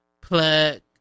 plug